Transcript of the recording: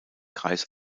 kreis